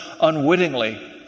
unwittingly